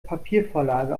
papiervorlage